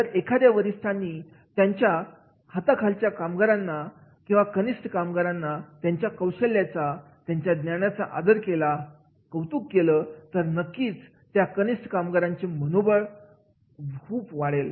जर एखाद्या वरिष्ठांनी त्याच्या ्याच्या हाताखाली काम करणार्या कनिष्ठ कामगारांच्या कौशल्यांचा त्याच्या विचारांचा त्याच्या ज्ञानाचा आदर केला कौतुक केलं तर नक्कीच त्या कनिष्ठ कामगारांचे मनोबळ खूप वाढेल